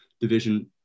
division